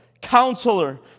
Counselor